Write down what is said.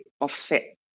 offset